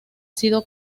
sido